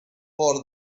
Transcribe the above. for